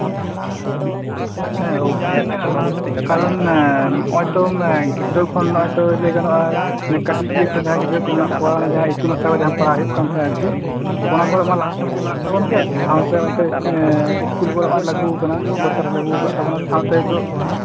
ᱦᱮᱸ ᱚᱵᱚᱥᱥᱳᱭ ᱢᱮᱱᱟᱜᱼᱟ ᱠᱟᱨᱚᱱ ᱱᱚᱜᱼᱚᱭᱛᱚ ᱜᱤᱫᱽᱨᱟᱹ ᱠᱷᱚᱱ ᱱᱚᱜᱼᱚᱭᱛᱚ ᱞᱟᱹᱭ ᱜᱟᱱᱚᱜᱼᱟᱠᱟᱹᱴᱤᱡ ᱜᱤᱫᱽᱨᱟᱹ ᱠᱚ ᱡᱟᱦᱟᱸᱭ ᱠᱚ ᱢᱮᱱᱟᱜ ᱠᱚᱣᱟ ᱤᱛᱩᱱ ᱟᱥᱲᱟᱨᱮ ᱡᱟᱦᱟᱸ ᱯᱟᱲᱦᱟᱣ ᱦᱩᱭᱩᱜ ᱠᱟᱱ ᱛᱟᱸᱦᱮᱜ ᱟᱨᱠᱤ ᱚᱱᱟ ᱠᱚ ᱢᱟ ᱞᱟᱦᱟ ᱠᱷᱚᱱᱜᱮ ᱢᱮᱱᱟᱜ ᱛᱟᱵᱚᱱ ᱛᱮ ᱥᱟᱶᱛᱮ ᱱᱚᱜᱼᱚᱭ ᱤᱥᱠᱩᱞ ᱠᱚᱨᱮᱜ ᱞᱟᱹᱜᱩ ᱠᱟᱱᱟ ᱥᱚᱨᱠᱟᱨᱮ ᱞᱟᱹᱜᱩ ᱠᱟᱜ ᱛᱟᱵᱚᱱᱟ ᱥᱟᱶᱛᱮ ᱱᱤᱛᱚᱜ